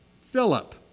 Philip